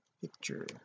picture